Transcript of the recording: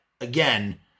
again